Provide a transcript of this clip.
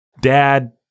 Dad